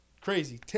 crazy